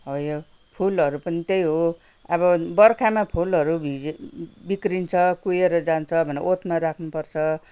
अब यो फुलहरू पनि त्यही हो अब बर्खामा फुलहरू भिज बिग्रन्छ कुहिएर जान्छ भनेर ओतमा राख्नुपर्छ